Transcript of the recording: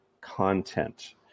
content